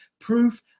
proof